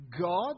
God